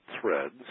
threads